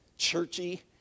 churchy